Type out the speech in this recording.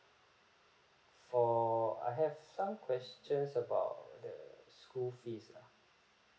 for I have some question about the school fees lah